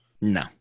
No